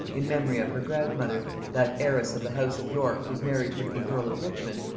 in memory of her grandmother, that heiress of the house of york whose marriage with the earl of richmond,